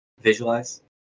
visualize